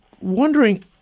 wondering